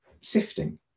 sifting